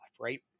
right